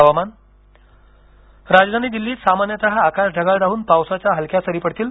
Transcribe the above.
हवामान राजधानी दिल्लीत सामान्यतः आकाश ढगाळ राहून पावसाच्या हलक्या सरी पडतील